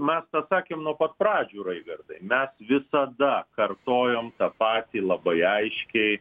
mes tą sakėm nuo pat pradžių raigardai mes visada kartojom tą patį labai aiškiai